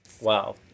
Wow